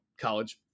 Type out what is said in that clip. college